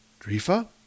Drifa